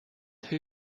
who